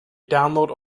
download